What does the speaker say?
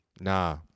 Nah